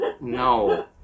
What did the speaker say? No